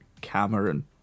cameron